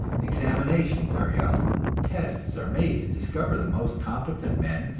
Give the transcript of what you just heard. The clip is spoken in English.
examinations are held and tests are made to discover the most competent men,